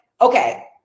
okay